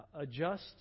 adjust